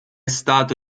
stato